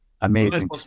Amazing